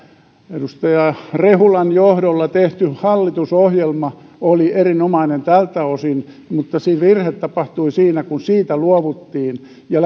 edustaja rehulan johdolla tehty hallitusohjelma oli erinomainen tältä osin mutta se virhe tapahtui siinä kun siitä luovuttiin ja